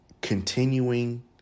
continuing